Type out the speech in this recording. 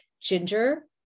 ginger